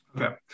Okay